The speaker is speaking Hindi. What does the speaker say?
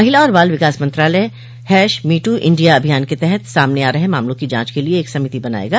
महिला और बाल विकास मंत्रालय मी टू इंडिया अभियान के तहत सामने आ रहे मामलों की जांच के लिए एक समिति बनाएगा